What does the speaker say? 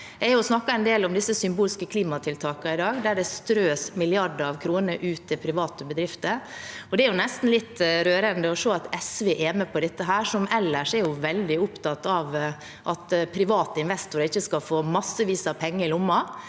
i dag snakket en del om disse symbolske klimatiltakene, der det strøs milliarder av kroner ut til private bedrifter, og det er nesten litt rørende å se at SV er med på dette. SV er ellers veldig opptatt av at private investorer ikke skal få massevis av penger i lomma,